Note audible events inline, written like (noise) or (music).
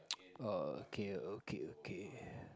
(noise) orh okay okay okay